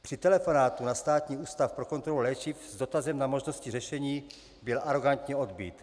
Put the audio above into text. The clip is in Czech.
Při telefonátu na Státní ústav pro kontrolu léčiv s dotazem na možnosti řešení byl arogantně odbyt.